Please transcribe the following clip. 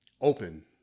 open